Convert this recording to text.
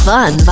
Fun